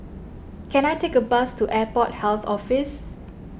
can I take a bus to Airport Health Office